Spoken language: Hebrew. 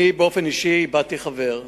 אני באופן אישי איבדתי חבר.